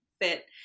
fit